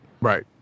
right